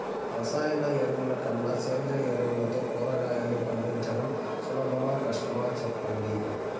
రసాయన ఎరువుల కన్నా సేంద్రియ ఎరువులతో కూరగాయలు పండించడం సులభమా కష్టమా సెప్పండి